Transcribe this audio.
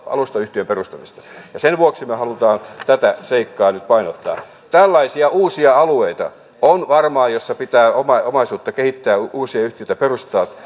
alustayhtiön perustamisesta ja sen vuoksi me haluamme tätä seikkaa nyt painottaa tällaisia uusia alueita on varmaan joissa pitää omaisuutta kehittää uusia yhtiöitä perustaa